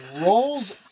rolls